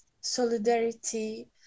solidarity